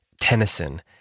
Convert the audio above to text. Tennyson